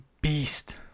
beast